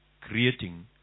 creating